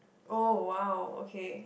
oh !wow! okay